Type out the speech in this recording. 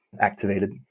activated